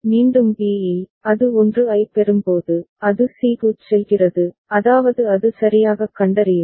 மீண்டும் b இல் அது 1 ஐப் பெறும்போது அது c க்குச் செல்கிறது அதாவது அது சரியாகக் கண்டறியும்